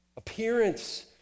appearance